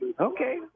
Okay